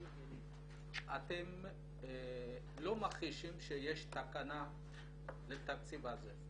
אתם לא מכחישים שיש תקנה לתקציב הזה.